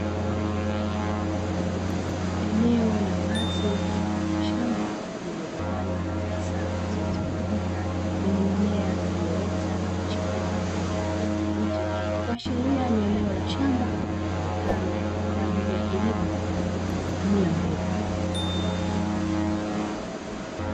Eneo la wazi mfano wa shamba lililogawanywa katika safu zilizonyooka zenye mimea iliyoota na kuchipua kwa rangi ya kijani kibichi, kuashiria ni eneo la shamba litumikalo kwa ajili ya kilimo kwa kutumia mbegu.